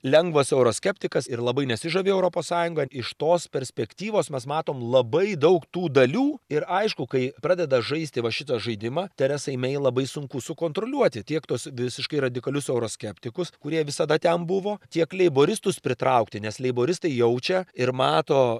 lengvas euroskeptikas ir labai nesižavi europos sąjunga iš tos perspektyvos mes matom labai daug tų dalių ir aišku kai pradeda žaisti va šitą žaidimą teresai mei labai sunku sukontroliuoti tiek tus visiškai radikalius euroskeptikus kurie visada ten buvo tiek leiboristus pritraukti nes leiboristai jaučia ir mato